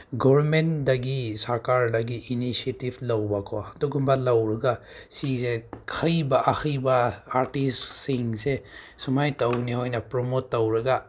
ꯒꯣꯔꯃꯦꯟꯗꯒꯤ ꯁꯔꯀꯥꯔꯗꯒꯤ ꯏꯅꯤꯁꯤꯌꯦꯇꯤꯕ ꯂꯧꯕꯀꯣ ꯑꯗꯨꯒꯨꯝꯕ ꯂꯧꯔꯒ ꯁꯤꯁꯦ ꯈꯩꯕ ꯑꯍꯩꯕ ꯑꯥꯔꯇꯤꯁꯁꯤꯡꯁꯦ ꯁꯨꯃꯥꯏꯅ ꯇꯧꯅꯤ ꯍꯣꯏꯅꯦ ꯄ꯭ꯔꯣꯃꯣꯠ ꯇꯧꯔꯒ